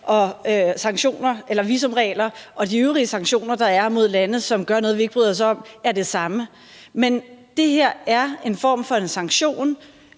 vi taler om, at visumregler og de øvrige sanktioner, der er mod lande, som gør noget, som vi ikke bryder os om, er det samme. Men det her er en form for sanktion.